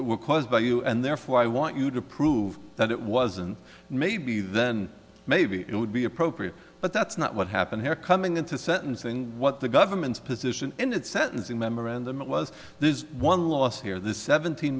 were caused by you and therefore i want you to prove that it wasn't maybe then maybe it would be appropriate but that's not what happened here coming into sentencing what the government's position in that sentencing memorandum it was one last year the seventeen